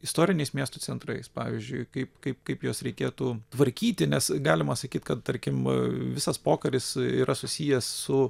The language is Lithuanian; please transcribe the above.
istoriniais miestų centrais pavyzdžiui kaip kaip kaip juos reikėtų tvarkyti nes galima sakyt kad tarkim visas pokaris yra susijęs su